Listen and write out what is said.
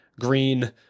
green